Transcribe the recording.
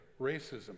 racism